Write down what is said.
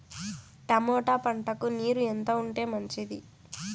Tomato పంటకు నీరు ఎంత ఉంటే మంచిది?